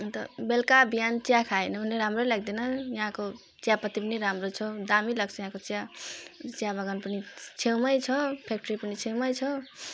अन्त बेलुका बिहान चिया खाएन भने राम्रै लाग्दैन यहाँको चियापत्ती पनि राम्रो छ दामी लाग्छ यहाँको चिया चियाबगान पनि छेउमै छ फ्याक्ट्री पनि छेउमै छ